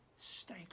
stay